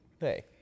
Hey